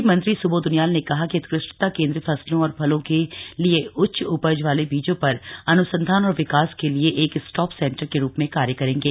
कृषि मंत्री स्बोध उनियाल ने कहा कि उत्कृष्टता केंद्र फसलों और फलों के लिए उच्च उपज वाले बीजों पर अन्संधान और विकास के लिए एक स्टॉप सेंटर के रूप में कार्य करेंगे